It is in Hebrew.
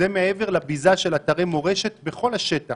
זה מעבר לביזה של אתרי מורשת בכל השטח